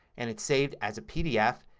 and it's saved as a pdf.